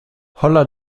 holla